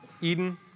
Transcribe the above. Eden